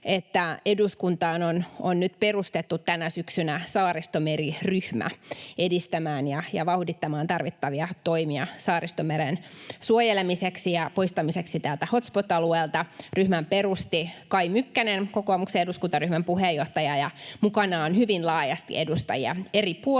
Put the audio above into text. eduskuntaan on nyt perustettu tänä syksynä Saaristomeri-ryhmä edistämään ja vauhdittamaan tarvittavia toimia Saaristomeren suojelemiseksi ja poistamiseksi tältä hotspot-alueelta. Ryhmän perusti Kai Mykkänen, kokoomuksen eduskuntaryhmän puheenjohtaja, ja mukana on hyvin laajasti edustajia eri puolueista.